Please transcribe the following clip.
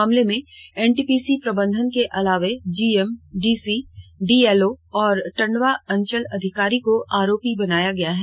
मामले में एनटीपीसी प्रबंधन के अलावे जीएम डीसी डीएलओ और टंडवा अंचल अधिकारी को आरोपी बनाया गया है